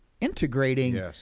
integrating